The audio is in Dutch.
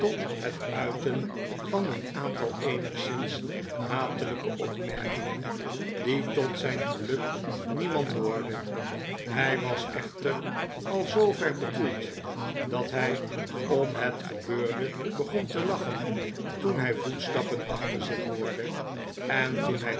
het uiten van een aantal eenigszins hatelijke opmerkingen die tot zijn geluk niemand hoorde hij was echter al zoover bekoeld dat hij om het gebeurde begon te lachen toen hij voetstappen achter zich hoorde en toen hij